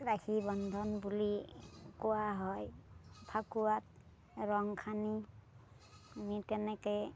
ৰাখীবন্ধন বুলি কোৱা হয় ফাকুৱাত ৰং সানি আমি কেনেকে